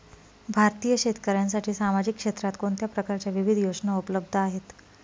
भारतीय शेतकऱ्यांसाठी सामाजिक क्षेत्रात कोणत्या प्रकारच्या विविध योजना उपलब्ध आहेत?